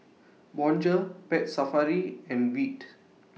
Bonjour Pet Safari and Veet